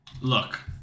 Look